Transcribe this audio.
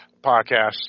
Podcasts